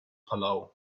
palau